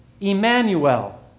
Emmanuel